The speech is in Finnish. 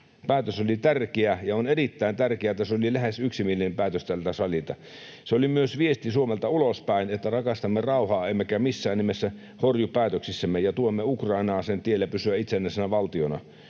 Päätös oli tärkeä, ja on erittäin tärkeää, että se oli lähes yksimielinen päätös tältä salilta. Se oli myös viesti Suomelta ulospäin, että rakastamme rauhaa emmekä missään nimessä horju päätöksissämme ja tuemme Ukrainaa sen tiellä pysyä itsenäisenä valtiona.